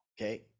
okay